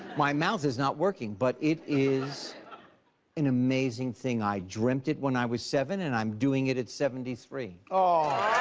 my mouth is not working but it is an amazing thing. i drement it when i was seven and i'm doing it at seventy three. ah